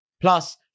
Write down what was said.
Plus